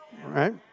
Right